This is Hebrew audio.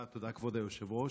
תודה, כבוד היושב-ראש.